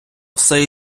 все